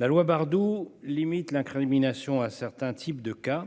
La loi Bardoux limite l'incrimination à certains types de cas.